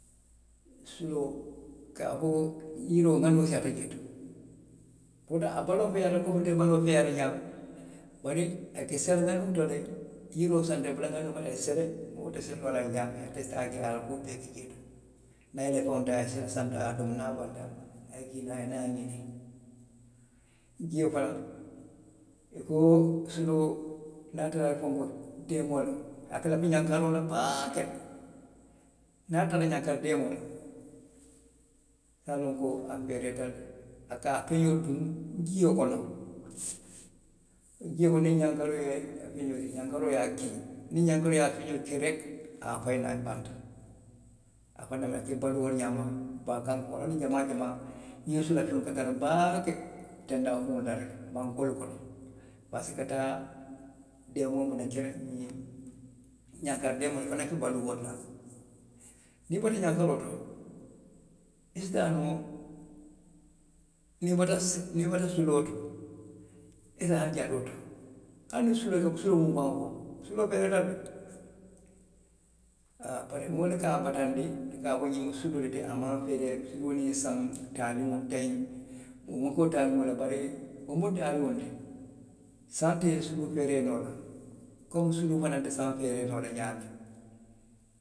Suloo, ka fo yiroo, xaniŋo siiyaata jee to a baloo feeyaata komi ntelu baloo be feeyaariŋ ňaamiŋ na. bari a ka sele ňaniŋo to le, yriroo santo, i ye bula a nooma, a ye sele moo te sele noo la daamiŋ, ate si taa a ye a la kuolu bee ki jee to. niŋ a ye i la feŋo taa, a ye sele santo, a ye a domo. Niŋ a banta. a ye jii naŋ, a ye naa, a ye i miŋ. jio fanaŋ. i ko suloo niŋ a taata fenkoo la. deemoo la, a ka lafi ňankaroo la baake le. niŋ ataata ňankari deemoo la, i ka loŋ ne a feereeta le ko. A ka a feňoo le duŋ jio kono. jio kono, niŋ ňankaroo ye a feňoo je, ňankaroo ye a kiŋ. niŋ ňankaroo ye a feňoo kiŋ, reki, a ye a fayi naŋ banta. A fanaŋ, a ka baluu wo le ňaama baa kankuŋo la. hani jamaa jamaa, ňiŋ sula fiŋolu ka tara baake tendaa kuw daala, mankoolu kono. parisiko, a ka taa deemoo ke la, ňiŋ, ňankari deemoo, i fanaŋ ka baluu wo le la. niŋ i bota jaŋ suo kono, i si taa noo, niŋ i bota, niŋ i bota suu, niŋ i bota suloo to, i ye taa jatoo to. hani suluo, suluu bunga faŋo, suluo feereeta haa, bari moolu le ka bataandi ka a fo ko ňiŋ suluo le ti a maŋ feerree, suluo niŋ saŋ, taaliŋo teŋ, wo fo ka a bari, wo mu taaliŋo le ti. Saŋ te suluu feeree noo la komi suluu fanaŋ te saŋ feeree noo la ňaamiŋ.